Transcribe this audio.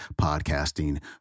podcasting